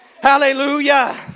Hallelujah